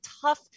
tough